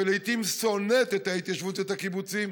לעיתים שונאת את ההתיישבות ואת הקיבוצים,